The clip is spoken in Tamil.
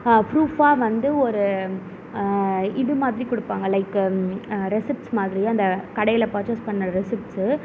ஃபுரூப்பாக வந்து ஒரு இதுமாதிரி கொடுப்பாங்க லைக்கு ரெசிப்ட்ஸ் மாதிரி அந்த கடையில் பர்ச்சஸ் பண்றது ரெசிப்ட்ஸ்சு